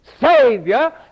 Savior